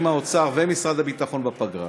נשב עם האוצר ומשרד הביטחון בפגרה